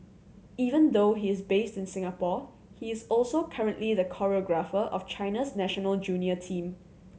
even though he is based in Singapore he is also currently the choreographer of China's national junior team